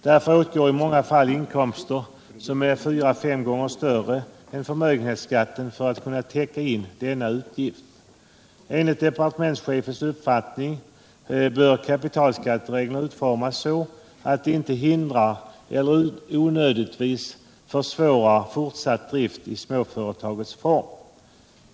Därför åtgår i många fall inkomster som är fyra fem gånger större än förmögenhetsskatten för att kunna täcka in denna utgift. Enligt departementschefen bör kapitalskattereglerna utformas så att de inte hindrar eller onödigtvis försvårar fortsatt drift i småföretagets form.